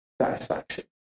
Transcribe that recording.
satisfaction